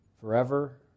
Forever